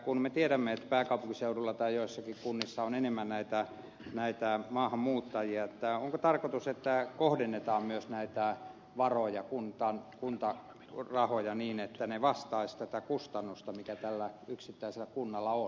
kun me tiedämme että pääkaupunkiseudulla tai joissakin kunnissa on enemmän näitä maahanmuuttajia niin onko tarkoitus että kohdennetaan myös näitä varoja kuntarahoja niin että ne vastaisivat tätä kustannusta mikä tällä yksittäisellä kunnalla on